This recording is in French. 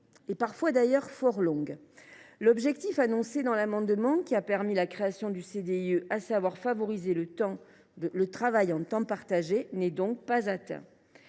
des missions de durée fort longue ! L’objectif annoncé dans l’amendement qui a permis la création du CDIE, à savoir favoriser le travail en temps partagé, n’est donc pas atteint.